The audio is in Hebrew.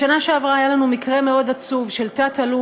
בשנה שעברה היה לנו מקרה עצוב מאוד של תא"ל,